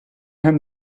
hem